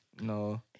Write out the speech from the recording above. No